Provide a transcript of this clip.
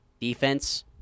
defense